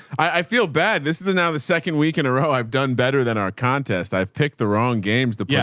i feel bad. this is the, now the second week in a row, i've done better than our contest. i've picked the wrong games to yeah